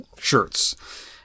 shirts